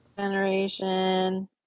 generation